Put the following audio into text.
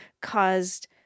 caused